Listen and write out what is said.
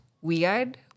weird